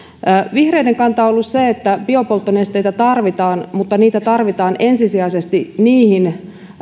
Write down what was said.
vihreiden kanta on ollut se että biopolttonesteitä tarvitaan mutta niitä tarvitaan ensisijaisesti niihin